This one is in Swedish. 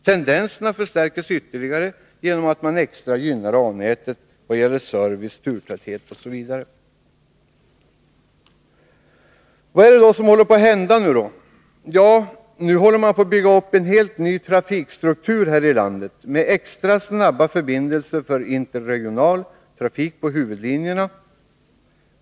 Tendensen förstärks ytterligare genom att man extra gynnar a-nätet vad gäller service, turtäthet osv. 32 Vad som nu håller på att hända är uppbyggandet av en helt ny trafikstruktur i landet med extra snabba förbindelser för interregional trafik på huvudlinjerna.